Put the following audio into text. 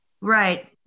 Right